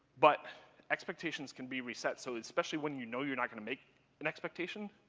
but expectations can be reset so especially when you know you're not going to make an expectation,